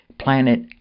planet